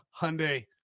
hyundai